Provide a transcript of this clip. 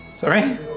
Sorry